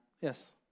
Yes